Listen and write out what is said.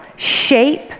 shape